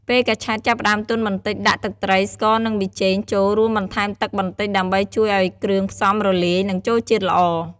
ពេលកញ្ឆែតចាប់ផ្តើមទន់បន្តិច ដាក់ ទឹកត្រី ស្ករ និង ប៊ីចេង ចូល រួចបន្ថែមទឹកបន្តិច ដើម្បីជួយឲ្យគ្រឿងផ្សំរលាយ និងចូលជាតិល្អ។